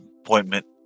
appointment